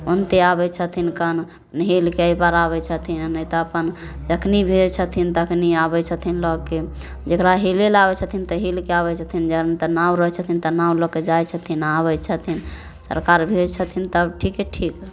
ओनहिते आबै छथिन कहाँदुन हेलके एहिपार आबै छथिन नहि तऽ अपन जखनी भेल छथिन तखनी आबै छथिन लऽके जेकरा हेले लए आबै छथिन तऽ हेलके आबै छथिन जानु तऽ नाव रहै छथिन तऽ नाव लऽ के जाय छथिन आ आबय छथिन सरकार भेल छथिन तब ठीके ठीक हय